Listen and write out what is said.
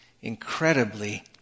incredibly